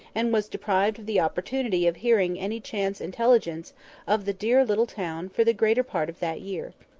and was deprived of the opportunity of hearing any chance intelligence of the dear little town for the greater part of that year.